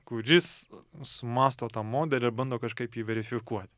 kuris sumąsto tą modelį ir bando kažkaip verifikuot